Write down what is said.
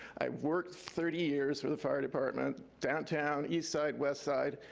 i've worked thirty years with the fire department, downtown, east side, west side.